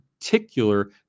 particular